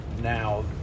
now